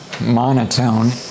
monotone